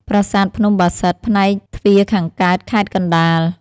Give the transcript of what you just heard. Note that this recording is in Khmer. ប្រាសាទភ្នំបាសិទ្ធ (ផ្នែកទ្វារខាងកើត) (ខេត្តកណ្តាល)។